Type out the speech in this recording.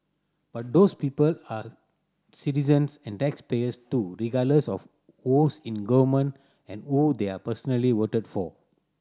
but those people are citizens and taxpayers too regardless of who's in government and who they are personally voted for